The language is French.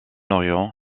orient